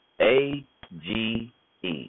A-G-E